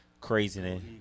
craziness